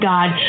God